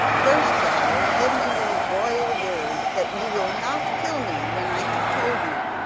first, sire, give me your royal word that you will not kill me when i have told you.